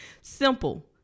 simple